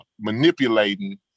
manipulating